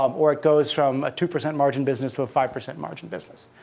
um or it goes from a two percent margin business to a five percent margin business.